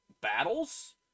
battles